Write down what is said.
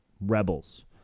rebels